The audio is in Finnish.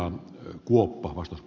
herra puhemies